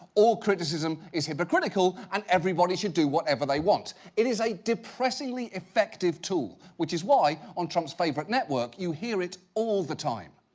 all criticism is hypocritical and everybody should do whatever they want. it is a depressingly effective tool, which is why, on trump's favorite network, you hear it all the time.